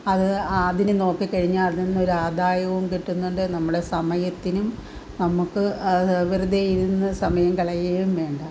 അത് അതിന് നോക്കി ക്കഴിഞ്ഞാൽ അതിന്നൊരാദായവും കിട്ടുന്നുണ്ട് നമ്മളുടെ സമയത്തിനും നമുക്ക് വെറുതെയിരുന്ന് സമയം കളയുകയും വേണ്ട